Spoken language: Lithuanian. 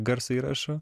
garso įrašų